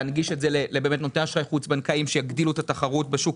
להנגיש את זה לנותני אשראי חוץ בנקאיים שיגדילו את התחרות בשוק,